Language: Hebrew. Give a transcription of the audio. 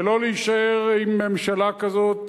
ולא להישאר עם ממשלה כזאת,